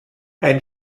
ein